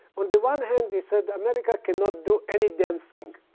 on the one hand, they said, america cannot do any damn thing.